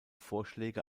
vorschläge